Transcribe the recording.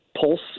pulse